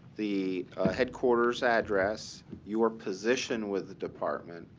the headquarters address, your position with the department,